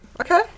Okay